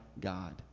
God